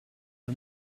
for